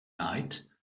night